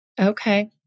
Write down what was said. Okay